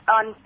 on